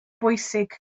bwysig